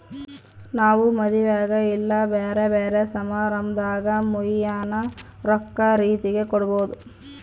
ನಾವು ಮದುವೆಗ ಇಲ್ಲ ಬ್ಯೆರೆ ಬ್ಯೆರೆ ಸಮಾರಂಭದಾಗ ಮುಯ್ಯಿನ ರೊಕ್ಕ ರೀತೆಗ ಕೊಡಬೊದು